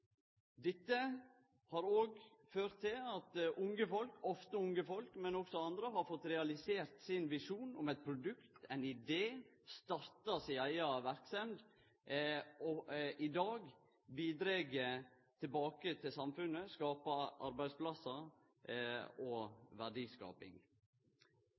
Dette har òg ført til at unge folk – ofte unge folk, men også andre – har fått realisert sin visjon om eit produkt, ein idé, starta si eiga verksemd, og bidreg i dag tilbake til samfunnet, skapar arbeidsplassar